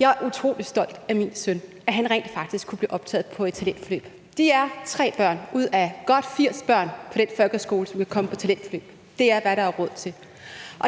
Jeg er utrolig stolt af min søn, af, at han rent faktisk kunne blive optaget på et talentforløb. De er 3 børn ud af godt 80 børn på den folkeskole, som kunne komme på talentforløb; det er, hvad der er råd til.